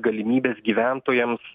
galimybės gyventojams